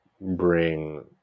bring